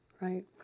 right